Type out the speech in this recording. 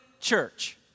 church